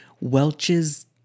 Welch's